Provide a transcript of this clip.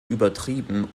übertrieben